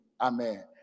Amen